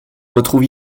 retrouve